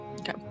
Okay